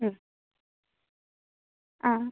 മ് ആ